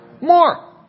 More